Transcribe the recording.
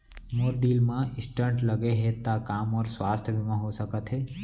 मोर दिल मा स्टन्ट लगे हे ता का मोर स्वास्थ बीमा हो सकत हे?